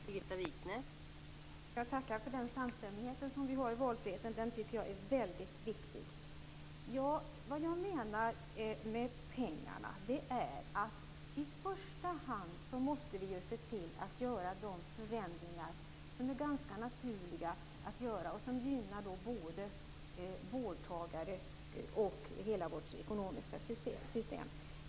Fru talman! Jag tackar för den samstämmighet som vi har om valfriheten. Den tycker jag är väldigt viktig. Vad jag menar med pengarna är att vi i första hand måste se till att göra de förändringar som är ganska naturliga att göra och som gynnar både vårdtagare och hela vårt ekonomiska system.